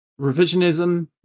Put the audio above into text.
revisionism